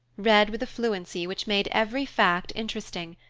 read with a fluency which made every fact interesting,